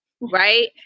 right